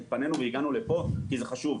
התפנינו והגענו לפה כי זה חשוב.